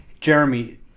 Jeremy